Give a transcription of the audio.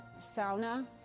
sauna